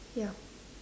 yup